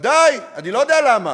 בוודאי, אני לא יודע למה.